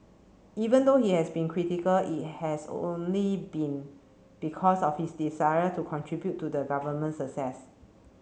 even though he has been critical it has only been because of his desire to contribute to the government success